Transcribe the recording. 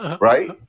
right